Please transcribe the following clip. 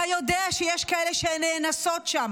אתה יודע שיש כאלה שנאנסות שם,